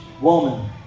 woman